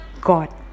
God